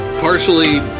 Partially